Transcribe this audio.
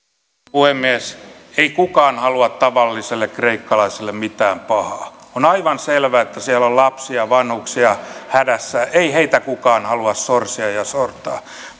puhemies ei kukaan halua tavalliselle kreikkalaiselle mitään pahaa on aivan selvää että siellä on lapsia vanhuksia hädässä ei heitä kukaan halua sorsia ja ja sortaa